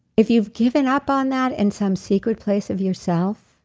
if you've given up on that in some secret place of yourself,